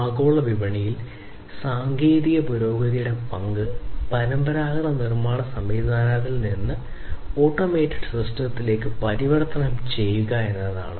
ആഗോള വിപണിയിൽ സാങ്കേതിക പുരോഗതിയുടെ പങ്ക് പരമ്പരാഗത നിർമ്മാണ സംവിധാനത്തിൽ നിന്ന് ഓട്ടോമേറ്റഡ് സിസ്റ്റത്തിലേക്ക് പരിവർത്തനം ചെയ്യുക എന്നതാണ്